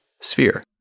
sphere